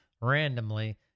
randomly